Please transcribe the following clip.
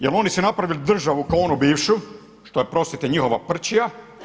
Jer oni su napravili državu kao onu bivšu, što je oprostite njihova prčija.